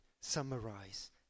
summarize